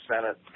Senate